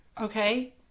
okay